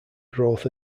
growth